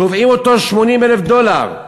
תובעים אותו על 80,000 דולר,